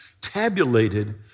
tabulated